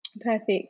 Perfect